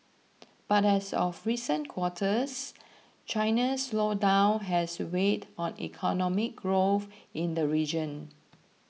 but as of recent quarters China's slowdown has weighed on economic growth in the region